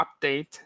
update